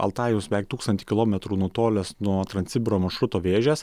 altajus beveik tūkstantį kilometrų nutolęs nuo transsibiro maršruto vėžės